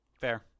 Fair